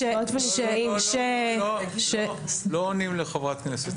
לא עונים לחברת כנסת.